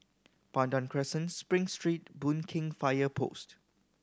Pandan Crescent Spring Street Boon Keng Fire Post